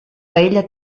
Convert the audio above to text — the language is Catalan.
paella